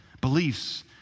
beliefs